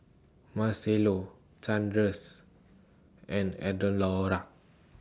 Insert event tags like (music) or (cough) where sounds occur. Marcello Sanders and (unintelligible)